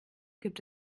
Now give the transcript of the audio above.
gibt